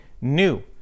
new